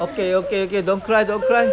okay okay okay don't cry don't cry